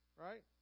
right